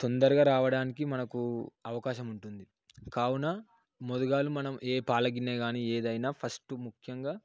తొందరగా రావడానికి మనకు అవకాశం ఉంటుంది కావున మొదుగాలు మనం ఏ పాలగిన్నె కానీ ఏదైనా ఫస్ట్ ముఖ్యంగా